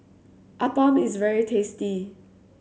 Appam is very tasty